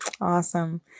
Awesome